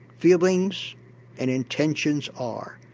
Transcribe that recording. feelings and intentions are.